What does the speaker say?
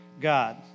God